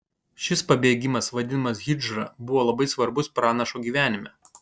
šis pabėgimas vadinamas hidžra buvo labai svarbus pranašo gyvenime